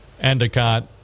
endicott